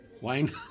Wine